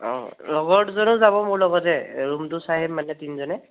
অ লগৰ দুজনো যাব মোৰ লগতে ৰুমটো চাই আহিম মানে তিনিজনে